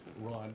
run